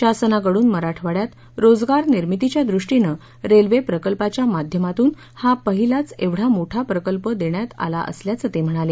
शासनाकडून मराठवाङ्यात रोजगार निर्मितीच्या दृष्टीनं रेल्वे प्रकल्पाच्या माध्यमातून हा पहिलाच एवढा मोठा प्रकल्प देण्यात आला असल्याचं ते म्हणाले